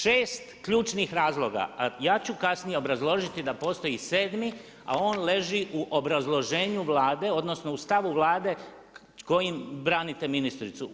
6 ključnih razloga, ja ću kasnije obrazložiti i 7, a on leži u obrazloženju Vlade, odnosno, u stavu Vlade s kojim branite ministricu.